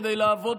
כדי לעבוד,